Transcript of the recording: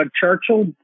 churchill